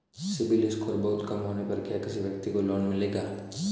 CIBIL score बहुत कम होने पर क्या किसी व्यक्ति को लोंन मिलेगा?